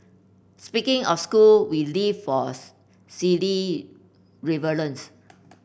speaking of school we live force silly rivalries